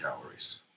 calories